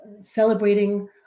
celebrating